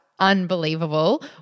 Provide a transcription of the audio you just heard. unbelievable